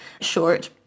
short